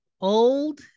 Old